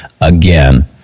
again